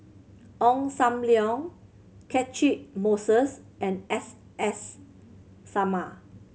Ong Sam Leong Catchick Moses and S S Sarma